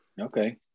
Okay